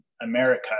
America